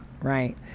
right